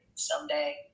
someday